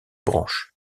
branches